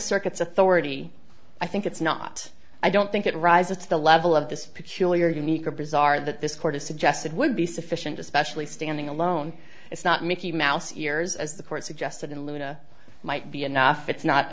circuit's authority i think it's not i don't think it rises to the level of this peculiar unique or bizarre that this court has suggested would be sufficient especially standing alone it's not mickey mouse years as the court suggested in luna might be enough it's not